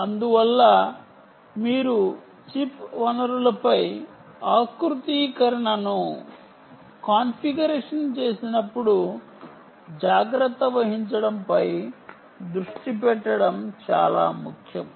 అందువల్ల మీరు చిప్ వనరులపై ఆకృతీకరణను చూసినప్పుడు జాగ్రత్త వహించడంపై దృష్టి పెట్టడం చాలా ముఖ్యం